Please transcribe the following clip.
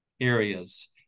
areas